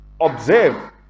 observe